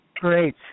Great